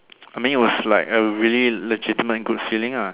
I mean it was like a really legitimate good feeling ah